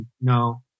No